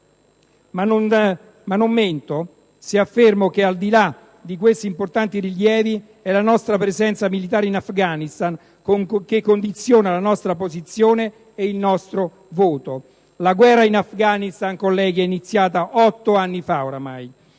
Ma non mento se affermo che, al di là di questi importanti rilievi, è la nostra presenza militare in Afghanistan che condiziona la nostra posizione ed il nostro voto. Colleghi, la guerra in Afghanistan è iniziata ormai da 8 anni.